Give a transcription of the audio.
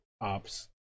ops